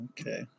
Okay